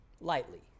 Lightly